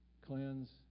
cleanse